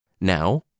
Now